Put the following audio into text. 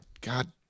God